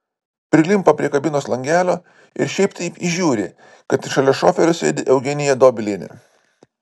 prilimpa prie kabinos langelio ir šiaip taip įžiūri kad šalia šoferio sėdi eugenija dobilienė